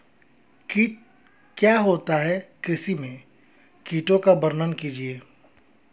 कीट क्या होता है कृषि में कीटों का वर्णन कीजिए?